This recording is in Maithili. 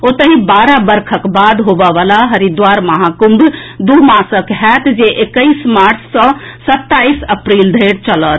ओतहि बारह वर्षक बाद होबयवला हरिद्वार महाकुम्भ दू मासक होएत जे एक्कैस मार्च सँ सत्ताईस अप्रैल धरि चलत